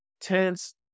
tense